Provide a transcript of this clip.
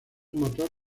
motor